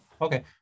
Okay